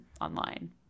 online